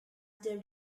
their